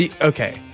okay